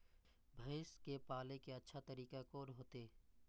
भैंस के पाले के अच्छा तरीका कोन होते?